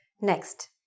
Next